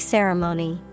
Ceremony